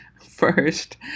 First